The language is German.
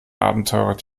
abenteurer